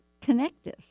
connective